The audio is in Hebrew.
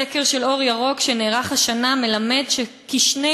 סקר של "אור ירוק" שנערך השנה מלמד שכשני-שלישים